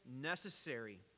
necessary